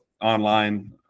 online